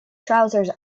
trousers